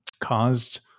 caused